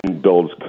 builds